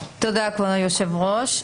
תודה, כבוד היושב-ראש.